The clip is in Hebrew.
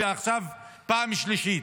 ועכשיו פעם שלישית.